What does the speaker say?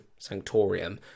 Sanctorium